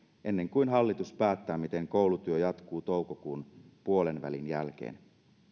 ennen kuin hallitus päättää miten koulutyö jatkuu toukokuun puolenvälin jälkeen